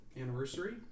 anniversary